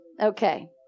Okay